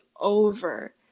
over